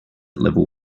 level